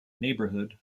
neighborhood